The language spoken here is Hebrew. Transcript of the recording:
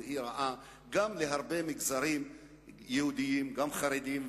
היא רעה גם להרבה מגזרים יהודיים: גם חרדים,